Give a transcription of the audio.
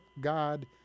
God